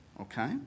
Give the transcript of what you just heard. Okay